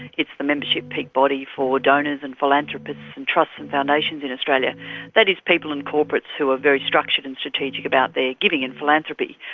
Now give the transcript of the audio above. it's the membership peak body for donors and philanthropists and trusts and foundations in australia that is, people and corporates who are very structured and strategic about their giving and philanthropy.